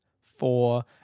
four